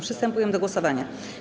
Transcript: Przystępujemy do głosowania.